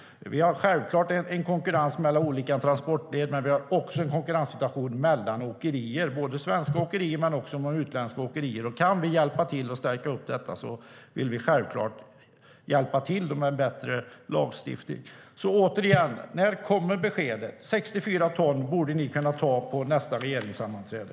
Vi har självklart konkurrens mellan olika transportled, men vi har också konkurrens mellan åkerier, både svenska och utländska. Kan vi hjälpa till att stärka dem genom en bättre lagstiftning vill vi självklart göra det. Återigen: När kommer beskedet? 64 ton borde ni kunna besluta om på nästa regeringssammanträde.